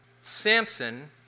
Samson